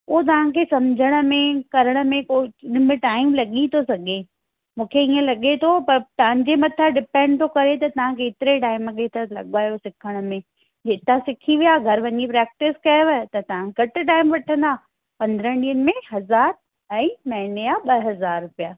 हो तव्हांखे सम्झण में करण में को उनमें टाइम लॻी थो सघे मूंखे ईअं लॻे थो पर तव्हांजे मथा डिपेंड थो करे त तव्हां केतिरे टाइम में त लॻायो सिखण में जेका सिखी विया घर वञी प्रैक्टिस कयव त तव्हां घटि टाइम वठंदा पंद्रहनि ॾींहनि में हज़ार ऐं महीने जा ॿ हज़ार रुपिया